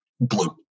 blue